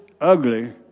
ugly